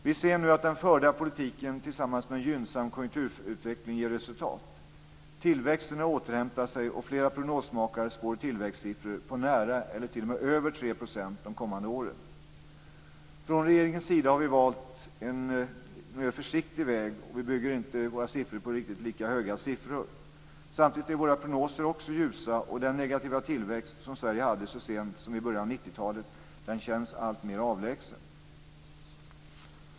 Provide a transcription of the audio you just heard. Vi ser nu att den förda politiken, tillsammans med en gynnsam konjunkturutveckling, ger resultat. Tillväxten har återhämtat sig, och flera prognosmakare spår tillväxtsiffror på nära eller t.o.m. över 3 % de kommande åren. Från regeringens sida har vi valt en mer försiktig väg. Vi bygger inte våra prognoser på riktigt lika höga siffror. Samtidigt är våra prognoser också ljusa, och den negativa tillväxt som Sverige hade så sent som i början av 1990-talet känns alltmera avlägsen.